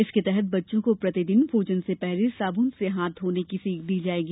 इसके तहत बच्चों को प्रतिदिन भोजन से पहले साबुन से हाथ धोने की सीख दी जायेगी